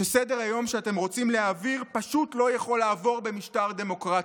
שסדר-היום שאתם רוצים להעביר פשוט לא יכול לעבור במשטר דמוקרטי,